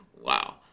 Wow